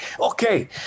okay